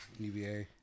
Eva